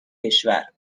کشور